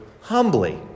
humbly